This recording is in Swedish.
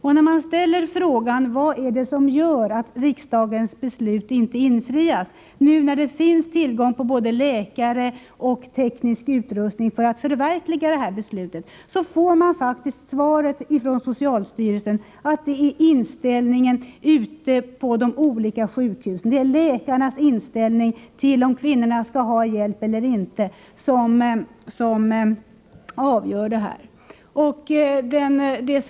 Om jag ställer frågan vad det är som gör att riksdagens beslut inte infrias nu när det finns tillgång till både läkare och teknisk utrustning får jag svaret av socialstyrelsen att det är inställningen ute på de olika sjukhusen, att det är läkarnas inställning till om kvinnorna skall ha hjälp eller inte som avgör det hela.